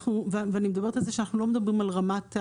ואני מדברת על זה שאנחנו לא מדברים על רמת,